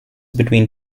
between